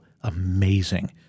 amazing